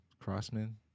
crossman